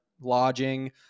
lodging